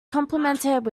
complimented